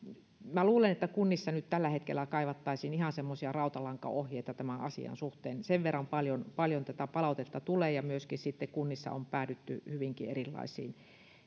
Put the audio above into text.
minä luulen että kunnissa nyt tällä hetkellä kaivattaisiin ihan semmoisia rautalankaohjeita tämän asian suhteen sen verran paljon paljon tätä palautetta tulee ja myöskin sitten kunnissa on päädytty hyvinkin erilaisiin